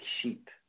sheep